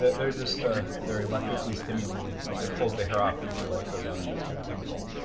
they're just, ah they're electrically stimulated. it pulls the hair off when you put electrodes on there. it's kind of painful.